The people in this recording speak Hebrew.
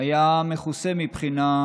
היה מכוסה מבחינת